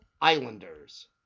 Islanders